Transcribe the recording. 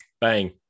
Bang